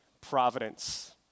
Providence